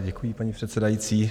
Děkuji, paní předsedající.